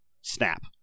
snap